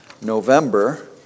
November